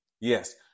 Yes